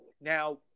Now